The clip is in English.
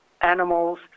animals